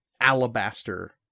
alabaster